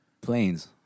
planes